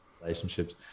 relationships